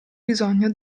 bisogno